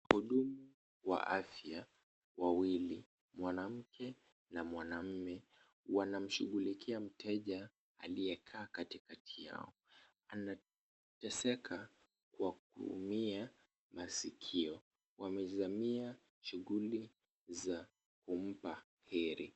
Wahudumu wa afya wawili, mwanamke na mwanamume, wanamshughulikia mteja aliyekaa katikati yao, anateseka kwa kuumia masikio, wamezamia shughuli za kumpa heri.